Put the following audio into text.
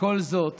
כל זאת